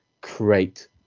create